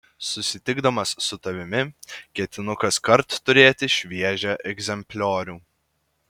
susitikdamas su tavimi ketinu kaskart turėti šviežią egzempliorių